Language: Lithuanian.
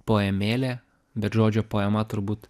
poemėlė bet žodžio poema turbūt